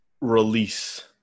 release